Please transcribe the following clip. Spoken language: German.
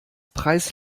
preis